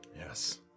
Yes